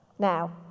Now